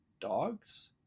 dogs